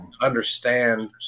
understand